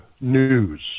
news